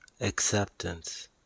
acceptance